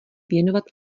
věnovat